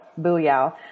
booyah